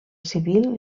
civil